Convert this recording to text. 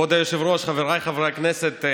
כבוד היושב-ראש, חבריי חברי הכנסת,